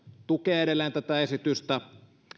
tukee edelleen tätä esitystä